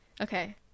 okay